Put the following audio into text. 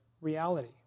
reality